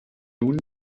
nun